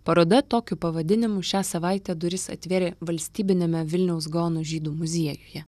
paroda tokiu pavadinimu šią savaitę duris atvėrė valstybiniame vilniaus gaono žydų muziejuje